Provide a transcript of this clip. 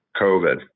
COVID